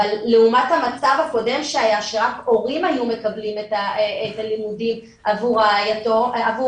אבל לעומת המצב הקודם שהיה שרק הורים היו מקבלים את הלימודים עבור האח,